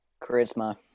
Charisma